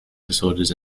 disorders